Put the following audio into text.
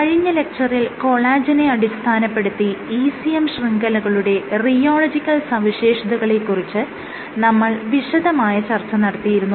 കഴിഞ്ഞ ലെക്ച്ചറിൽ കൊളാജെനെ അടിസ്ഥാനപ്പെടുത്തി ECM ശൃംഖലകളുടെ റിയോളജിക്കൽ സവിശേഷതകളെ കുറിച്ച് നമ്മൾ വിശദമായ ചർച്ച നടത്തിയിരുന്നു